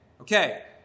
Okay